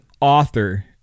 author